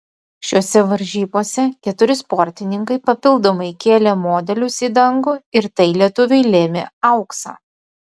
šiose varžybose keturi sportininkai papildomai kėlė modelius į dangų ir tai lietuviui lėmė auksą